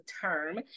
term